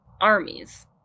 armies